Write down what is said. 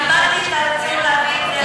כיבדתי את הרצון להביא את זה.